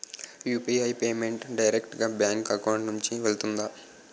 UPI payment direct గా bank account నుంచి వెళ్తుందా?